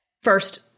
first